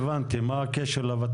להבנתי כרגע מגרש שהוא לא מיועד